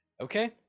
okay